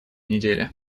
неделе